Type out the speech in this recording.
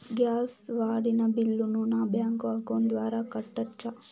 Gas వాడిన బిల్లును నా బ్యాంకు అకౌంట్ ద్వారా కట్టొచ్చా?